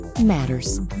matters